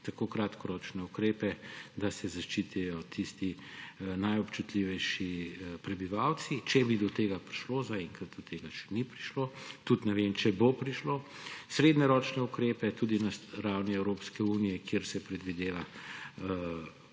kratkoročne ukrepe, da se zaščitijo tisti najobčutljivejši prebivalci, če bi do tega prišlo. Zaenkrat do tega še ni prišlo. Tudi ne vem, če bo prišlo. Srednjeročne ukrepe tudi na ravni Evropske unije, kjer se predvideva